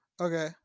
Okay